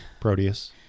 Proteus